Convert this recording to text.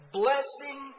blessing